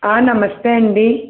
నమస్తే అండి